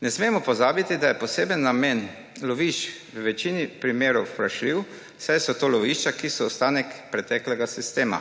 Ne smemo pozabiti, da je poseben namen lovišč v večini primerov vprašljiv, saj so to lovišča, ki so ostanek preteklega sistema.